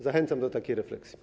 Zachęcam do takiej refleksji.